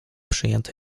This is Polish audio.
przyjęto